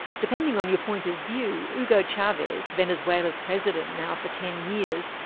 depending on your point of view, hugo chavez, venezuela's president now for ten years,